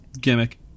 gimmick